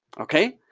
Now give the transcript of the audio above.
okay?